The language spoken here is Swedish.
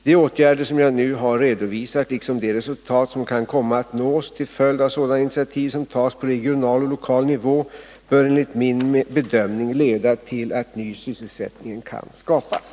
De åtgärder som jag nu har redovisat, liksom de resultat som kan komma att nås till följd av sådana initiativ som tas på regional och lokal nivå, bör enligt min bedömning leda till att ny sysselsättning kan skapas.